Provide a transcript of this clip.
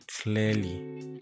clearly